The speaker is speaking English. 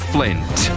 Flint